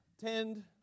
tend